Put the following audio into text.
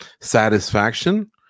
Satisfaction